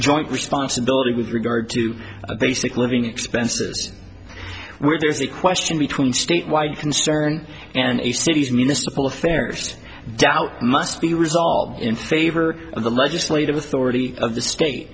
joint responsibility with regard to basic living expenses where there's a question between state wide concern and a city's municipal affairs doubt must be resolved in favor of the legislative authority of the state